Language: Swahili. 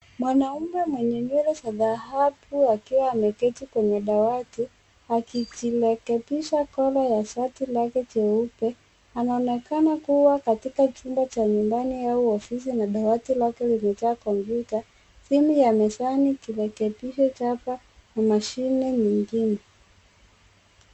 Mwanafunzi mdogo mwenye nywele za rangi ya kahawia ameketi kwenye dawati, hakishika kikamilifu mkono wake kwenye sweta yake, hakuona kama yupo katika chumba cha ofisi na dawati lake limejazwa vitu, zikiwa mezani zimepangwa kwa mpangilio usio wa kawaida.